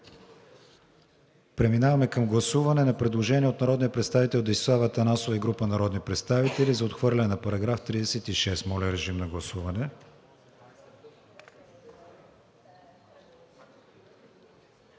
Преминаваме към гласуване на предложението от народния представител Десислава Атанасова и група народни представители за отхвърляне на § 51. РЕПЛИКИ: Какво гласуваме?